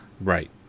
Right